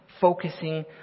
Focusing